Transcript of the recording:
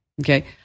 Okay